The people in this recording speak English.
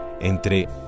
entre